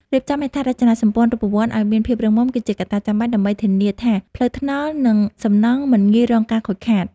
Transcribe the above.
រៀបចំហេដ្ឋារចនាសម្ព័ន្ធរូបវន្តឱ្យមានភាពរឹងមាំគឺជាកត្តាចាំបាច់ដើម្បីធានាថាផ្លូវថ្នល់និងសំណង់មិនងាយរងការខូចខាត។